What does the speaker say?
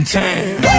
time